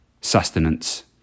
sustenance